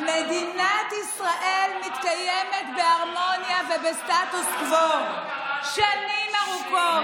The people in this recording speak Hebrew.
מדינת ישראל מתקיימת בהרמוניה ובסטטוס קוו שנים ארוכות,